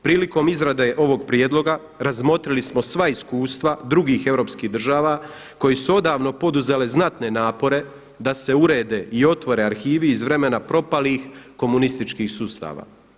Prilikom izrade ovog prijedloga razmotrili smo sva iskustva drugih europskih država koje su odavno poduzele znatne napore da se urede i otvore arhivi iz vremena propalih komunističkih sustava.